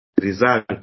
result